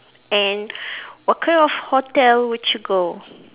and what kind of hotel would you go